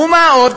ומה עוד?